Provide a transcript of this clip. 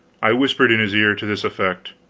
i whispered in his ear, to this effect